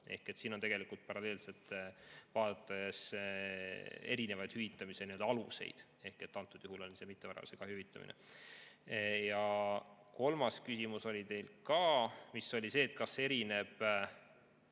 pool. Siin on tegelikult paralleelselt vaadates erinevaid hüvitamise aluseid ning antud juhul oli see mittevaralise kahju hüvitamine. Ja kolmas küsimus oli teil ka, mis oli see, et kas erineb